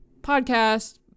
podcast